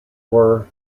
were